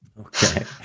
Okay